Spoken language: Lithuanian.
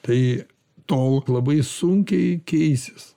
tai tol labai sunkiai keisis